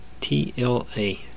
TLA